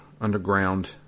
underground